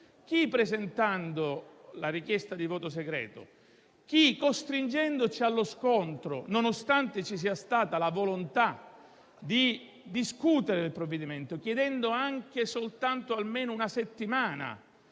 chi presentando la richiesta di voto segreto, chi costringendoci allo scontro, nonostante ci sia stata la volontà di discutere sul testo; chiedendo anche soltanto una settimana